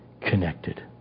connected